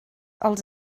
els